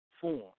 form